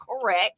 correct